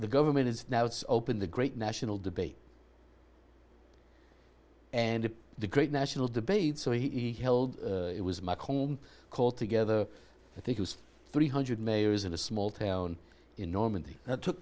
the government is now it's open the great national debate and the great national debate so he held it was my home court together i think it was three hundred mayors in a small town in